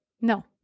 No